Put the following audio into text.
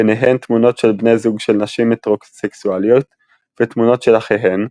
ביניהן תמונות של בני זוג של נשים הטרוסקסואליות ותמונות של אחיהן,